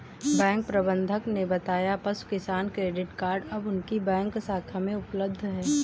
bank प्रबंधक ने बताया पशु किसान क्रेडिट कार्ड अब उनकी बैंक शाखा में उपलब्ध है